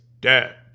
dead